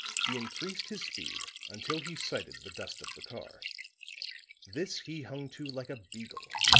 he increased his speed until he sighted the dust of the car this he hung to like a beagle,